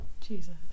Jesus